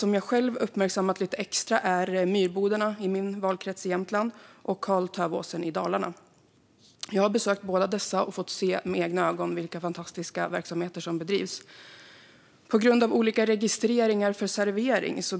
De utgör viktiga kulturmiljöer med historiska byggnader som bidrar i kulturlandskapet, där också den biologiska mångfalden värnas.